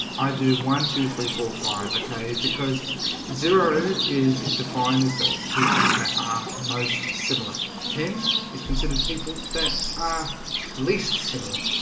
i do one two, three, four five. okay, because zero is defined as that people that are most similar ten is considered people that are least similar